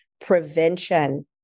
prevention